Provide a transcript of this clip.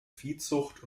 viehzucht